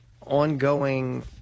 ongoing